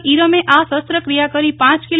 ઈરમે આશસ્ત્રક્રિયા કરી પ કિ